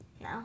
No